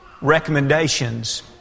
recommendations